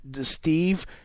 Steve